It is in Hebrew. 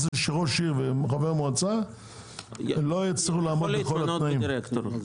שראש עיר וחבר מועצה לא יצטרכו לעמוד בכל התנאים.